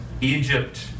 Egypt